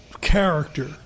character